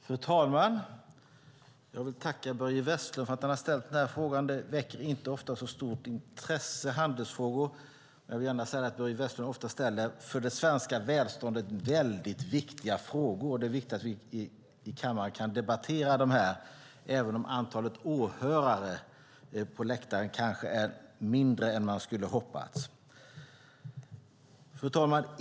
Fru talman! Jag vill tacka Börje Vestlund för att han har ställt denna fråga. Handelsfrågor väcker inte ofta så stort intresse. Jag vill gärna säga att Börje Vestlund ofta ställer frågor som är mycket viktiga för det svenska välståndet. Det är viktigt att vi kan debattera dessa frågor även om antalet åhörare på läktaren är mindre än man skulle ha hoppats. Fru talman!